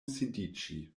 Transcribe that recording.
sidiĝi